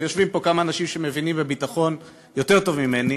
ויושבים פה כמה אנשים שמבינים בביטחון יותר טוב ממני,